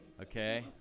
okay